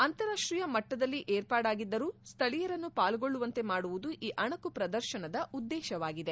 ಅಂತಾರಾಷ್ಷೀಯ ಮಟ್ಟದಲ್ಲಿ ಏರ್ಪಾಡಾಗಿದ್ದರೂ ಸ್ಥಳೀಯರನ್ನೂ ಪಾಲ್ಗೊಳ್ಳುವಂತೆ ಮಾಡುವುದು ಈ ಅಣಕು ಪ್ರದರ್ಶನದ ಉದ್ದೇಶವಾಗಿದೆ